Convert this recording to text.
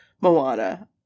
Moana